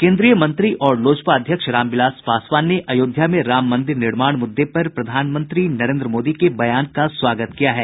केन्द्रीय मंत्री और लोजपा अध्यक्ष रामविलास पासवान ने अयोध्या में राम मंदिर निर्माण मूद्दे पर प्रधानमंत्री नरेन्द्र मोदी के बयान का स्वागत किया है